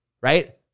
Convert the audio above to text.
right